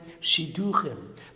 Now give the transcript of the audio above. shiduchim